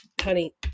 Honey